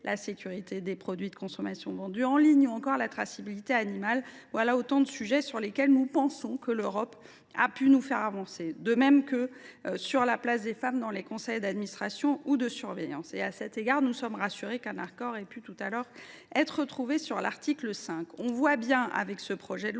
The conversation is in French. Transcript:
la sécurité des produits de consommation vendus en ligne et la traçabilité animale : voilà autant de sujets sur lesquels nous pensons que l’Europe nous a fait avancer. Il en est de même pour la place des femmes dans les conseils d’administration et de surveillance. À cet égard, nous sommes rassurés qu’un accord ait pu,, être trouvé sur l’article 5. Avec ce projet de